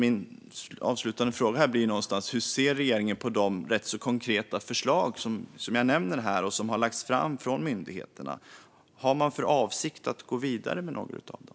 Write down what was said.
Min avslutande fråga blir därför: Hur ser regeringen på de rätt konkreta förslag som jag har nämnt och som har lagts fram av myndigheterna? Har man för avsikt att gå vidare med några av dem?